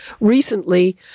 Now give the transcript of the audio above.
recently